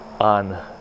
On